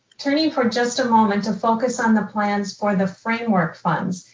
turning for just a moment to focus on the plans for the framework funds,